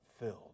filled